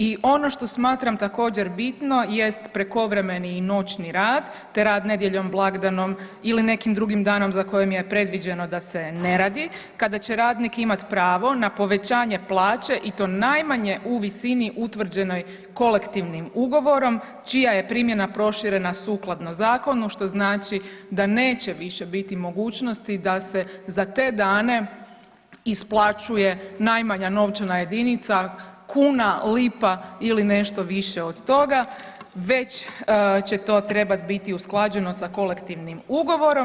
I ono što smatram također bitno jest prekovremeni i noćni rad, te rad nedjeljom, blagdanom ili nekim drugim danom za kojim je predviđeno da se ne radi kada će radnik imat pravo na povećanje plaće i to najmanje u visini utvrđenoj kolektivnim ugovorom čija je primjena proširena sukladno zakonu, što znači da neće više biti mogućnosti da se za te dane isplaćuje najmanja novčana jedinica, kuna, lipa ili nešto više od toga, već će to trebat biti usklađeno sa kolektivnim ugovorom.